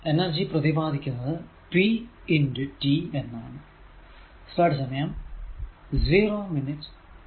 energy പ്രതിപാദിക്കുന്നത് p t എന്നാണ്